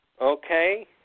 Okay